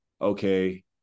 Okay